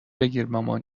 بگیرمامان